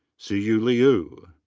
siyu liu.